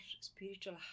spiritual